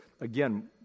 again